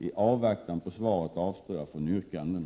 I avvaktan på svaret avstår jag från yrkanden.